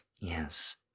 Yes